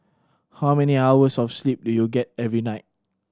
how many hours of sleep do you get every night